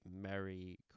Merry